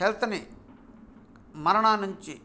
హెల్త్ని మరణాన్ని నుంచి